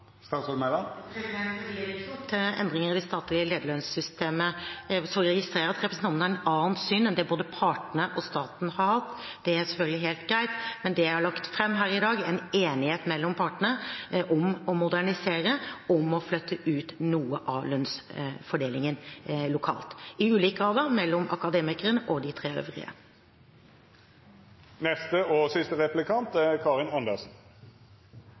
til endringer i det statlige lederlønnssystemet. Så registrerer jeg at representanten har et annet syn enn det både partene og staten har. Det er selvfølgelig helt greit, men det jeg har lagt fram her i dag, er en enighet mellom partene om å modernisere, om å flytte ut noe av lønnsfordelingen lokalt, i ulik grad da mellom Akademikerne og de tre øvrige. Det er ingen grunn for statsråden til å bruke ord som å diktere resultat osv. Det er